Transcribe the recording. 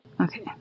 Okay